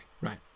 Right